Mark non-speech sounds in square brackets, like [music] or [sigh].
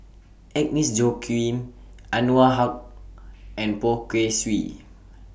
Agnes Joaquim [noise] Anwarul Haque [noise] and Poh Kay Swee